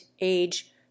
age